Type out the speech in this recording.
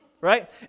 right